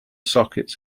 sockets